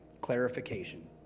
Clarification